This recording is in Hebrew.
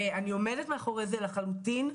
ואני עומדת מאחורי זה לחלוטין,